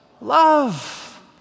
love